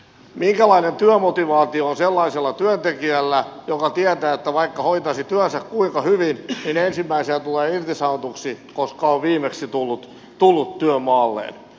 minkälainen työmotivaatio on sellaisella työntekijällä joka tietää että vaikka hoitaisi työnsä kuinka hyvin niin ensimmäisenä tulee irtisanotuksi koska on viimeksi tullut työmaalleen